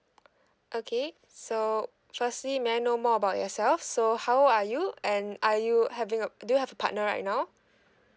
okay so firstly may I know more about yourself so how old are you and are you having uh do you have a partner right now